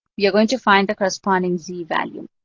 you are going to find the corresponding z-value.